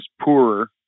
poorer